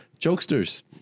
jokesters